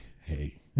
Hey